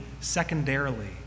secondarily